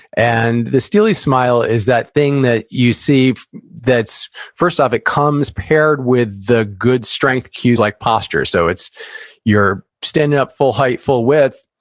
and the steely smile is that thing that you see that's, first off, it comes paired with the good strength cues like posture. so, it's your standing up, full height, full width,